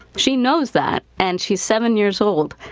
she knows that and she's seven years old.